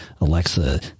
Alexa